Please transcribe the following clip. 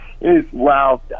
Wow